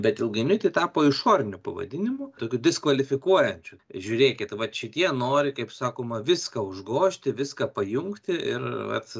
bet ilgainiui tai tapo išoriniu pavadinimu tokiu diskvalifikuojančiu žiūrėkit va šitie nori kaip sakoma viską užgožti viską pajungti ir vat